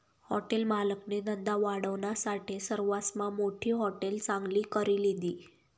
hotel मालकनी धंदा वाढावानासाठे सरवासमा मोठी हाटेल चांगली करी लिधी